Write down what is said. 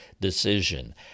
decision